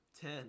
Ten